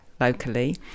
locally